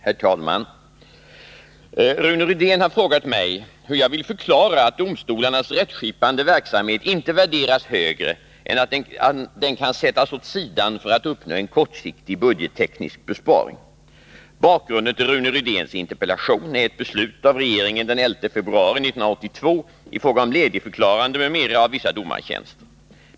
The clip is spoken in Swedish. Herr talman! Rune Rydén har frågat mig hur jag vill förklara att domstolarnas rättskipande verksamhet inte värderas högre än att den kan sättas åt sidan för att uppnå en kortsiktig budgetteknisk besparing. Bakgrunden till Rune Rydéns interpellation är ett beslut av regeringen den 11 februari 1982 i fråga om ledigförklarande m.m. av vissa domartjänster.